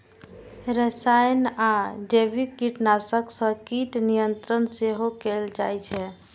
रसायन आ जैविक कीटनाशक सं कीट नियंत्रण सेहो कैल जाइ छै